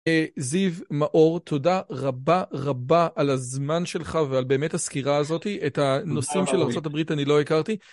זיב מאור תודה רבה רבה על הזמן שלך ועל באמת הסקירה הזאתי את הנושאים של ארה״ב אני לא הכרתי